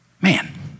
Man